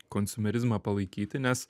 konsumerizmą palaikyti nes